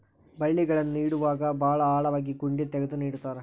ಬಳ್ಳಿಗಳನ್ನ ನೇಡುವಾಗ ಭಾಳ ಆಳವಾಗಿ ಗುಂಡಿ ತಗದು ನೆಡತಾರ